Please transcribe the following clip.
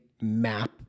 Map